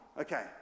Okay